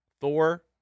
Thor